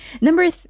Number